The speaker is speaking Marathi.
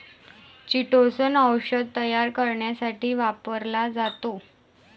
चिटोसन औषध तयार करण्यासाठी वापरला जातो